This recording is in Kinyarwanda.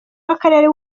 w’akarere